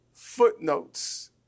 Footnotes